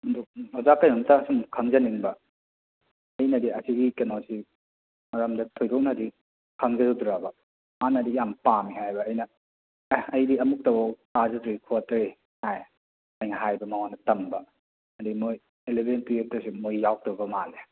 ꯑꯗꯣ ꯑꯣꯖꯥ ꯀꯩꯅꯣꯝꯇ ꯁꯨꯝ ꯈꯪꯖꯅꯤꯡꯕ ꯑꯩꯅꯗꯤ ꯑꯁꯤꯒꯤ ꯀꯩꯅꯣꯁꯤ ꯃꯔꯝꯗ ꯊꯣꯏꯗꯣꯛꯅꯗꯤ ꯈꯪꯖꯗ꯭ꯔꯕ ꯃꯥꯅꯗꯤ ꯌꯥꯝ ꯄꯥꯝꯃꯤ ꯍꯥꯏꯌꯦꯕ ꯑꯩꯅ ꯑꯦ ꯑꯩꯗꯤ ꯑꯃꯨꯛꯇꯐꯥꯎ ꯊꯥꯖꯗ꯭ꯔꯤ ꯈꯣꯠꯇꯔꯤ ꯍꯥꯏ ꯑꯩꯅ ꯍꯥꯏꯕꯗꯨ ꯃꯉꯣꯟꯗ ꯇꯝꯕ ꯑꯗꯨ ꯃꯣꯏ ꯑꯦꯂꯕꯦꯟ ꯇ꯭ꯋꯦꯜꯇ ꯁꯤꯒꯨꯝꯕ ꯌꯥꯎꯔꯛꯇꯕ ꯃꯥꯜꯂꯦ